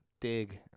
Dig